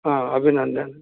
अभिनन्दन्